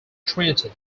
trinity